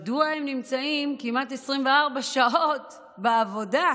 מדוע הם נמצאים כמעט 24 שעות בעבודה?